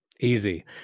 Easy